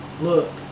look